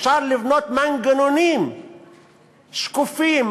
אפשר לבנות מנגנונים שקופים,